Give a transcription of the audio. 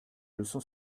leçon